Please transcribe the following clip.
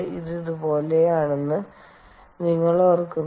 ഇത് ഇതുപോലെയാണെന്ന് നിങ്ങൾ ഓർക്കുന്നു